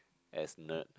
as nerd